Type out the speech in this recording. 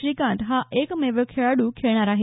श्रीकांत हा एकमेव खेळाडू खेळणार आहे